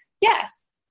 yes